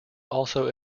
also